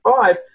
five